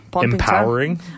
Empowering